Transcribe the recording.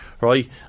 Right